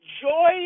joy